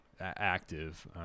active